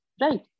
Right